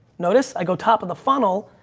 notice i go top of the funnel.